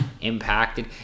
impacted